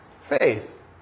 faith